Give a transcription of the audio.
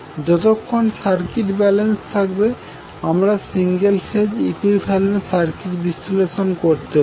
যতক্ষন circuit balance থাকবে আমরা সিঙ্গেল ফেজ ইকুইভেলেন্ট সার্কিট বিশ্লেষণ করতে পারি